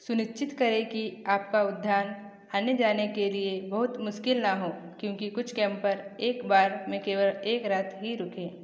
सुनिश्चित करें कि आपका उद्यान आने जाने के लिए बहुत मुश्किल न हो क्योंकि कुछ कैंपर एक बार में केवल एक रात ही रुकें